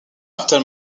after